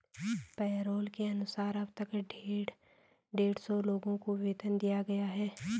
payroll के अनुसार अब तक डेढ़ सौ लोगों को वेतन दिया गया है